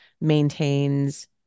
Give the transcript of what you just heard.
maintains